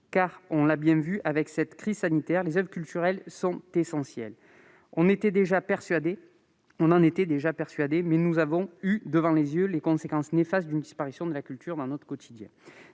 Comme l'a montré cette crise sanitaire, les oeuvres culturelles sont essentielles. On en était déjà persuadé, mais nous avons eu devant les yeux les conséquences néfastes d'une disparition de la culture dans notre quotidien.